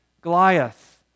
Goliath